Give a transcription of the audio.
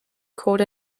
called